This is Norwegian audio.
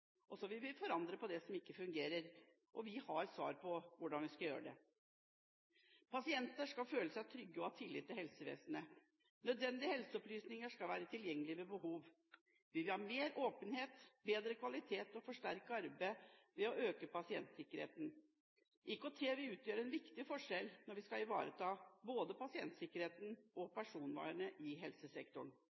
eldreomsorgen. Så vil vi forandre på det som ikke fungerer. Og vi har svar på hvordan vi skal gjøre det: Pasienter skal føle seg trygge og ha tillit til helsevesenet. Nødvendige helseopplysninger skal være tilgjengelige ved behov. Vi vil ha mer åpenhet og bedre kvalitet og forsterke arbeidet med å øke pasientsikkerheten. IKT vil utgjøre en viktig forskjell når vi skal ivareta både pasientsikkerheten og personvernet i helsesektoren.